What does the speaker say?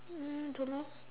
mm don't know